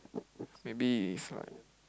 maybe is like